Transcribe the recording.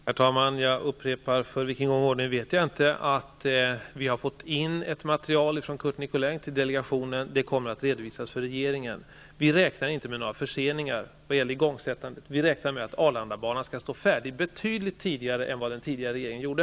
Herr talman! Jag upprepar, för vilken gång i ordningen vet jag inte, att vi har fått in ett material från Curt Nicolin till delegationen och att det kommer att redovisas för regeringen. Vi räknar inte med några förseningar vad gäller igångsättandet, men bedömer att Arlandabanan skall stå färdig betydligt tidigare än vad den förra regeringen planerade.